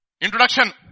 Introduction